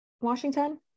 Washington